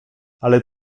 ale